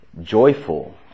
joyful